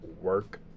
work